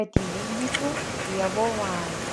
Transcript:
kad įvykdytų dievo valią